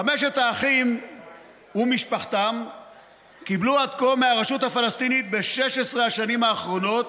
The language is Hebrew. חמשת האחים ומשפחתם קיבלו עד כה מהרשות הפלסטינית ב-16 השנים האחרונות